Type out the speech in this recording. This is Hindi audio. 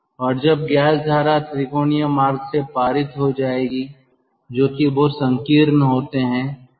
और जब गैस धारा त्रिकोणीय मार्ग से पारित हो जाएगी जो कि बहुत संकीर्ण होते हैं